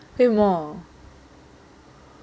为什么